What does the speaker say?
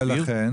ולכן?